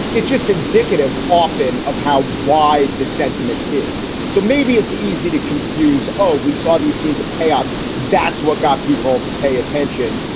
it's just indicative often of how wide the sentiment is. so maybe it's easy to confuse. oh, we saw these scenes of chaos. that's what got people to pay attention.